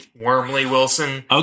Wormley-Wilson